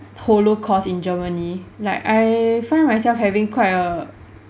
holocaust in germany like I find myself having quite a